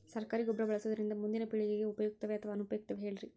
ಸರಕಾರಿ ಗೊಬ್ಬರ ಬಳಸುವುದರಿಂದ ಮುಂದಿನ ಪೇಳಿಗೆಗೆ ಉಪಯುಕ್ತವೇ ಅಥವಾ ಅನುಪಯುಕ್ತವೇ ಹೇಳಿರಿ